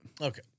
Okay